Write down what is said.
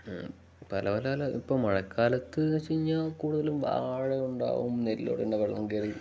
പല പല ഇപ്പ മഴക്കാലത്ത്ന്ന് വെച്ച് കഴിഞ്ഞാ കൂടുതലും വാഴ ഉണ്ടാവും നെല്ലോടെന്നെ വെള്ളം കറി